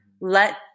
let